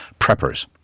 preppers